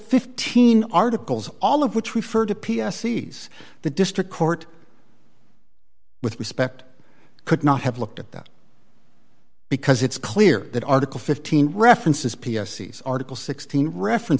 fifteen articles all of which referred to p s e s the district court with respect could not have looked at that because it's clear that article fifteen references p s e's article sixteen reference